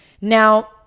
Now